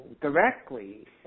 directly